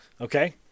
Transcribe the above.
Okay